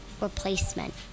replacement